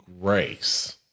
grace